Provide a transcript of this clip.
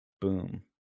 boom